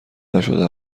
نشده